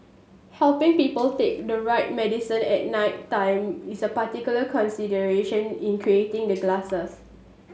helping people take the right medicine at night time is a particular consideration in creating the glasses